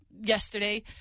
yesterday